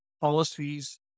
policies